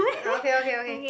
okay okay okay